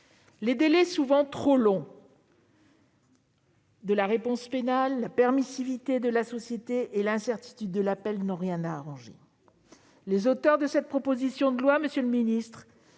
les délais souvent trop longs de la réponse pénale, la permissivité de la société et l'incertitude de la peine n'ont rien arrangé. Les auteurs de cette proposition de loi ont cherché à apporter